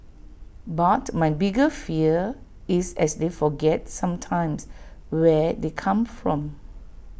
but my bigger fear is as they forget sometimes where they come from